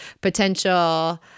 potential